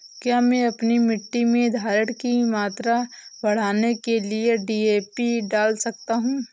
क्या मैं अपनी मिट्टी में धारण की मात्रा बढ़ाने के लिए डी.ए.पी डाल सकता हूँ?